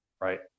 right